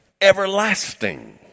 everlasting